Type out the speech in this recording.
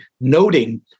noting